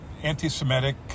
anti-Semitic